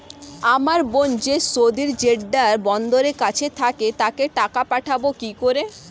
আমার বোন যে সৌদির জেড্ডা বন্দরের কাছে থাকে তাকে টাকা পাঠাবো কি করে?